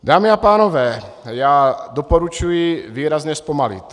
Dámy a pánové, já doporučuji výrazně zpomalit.